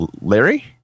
Larry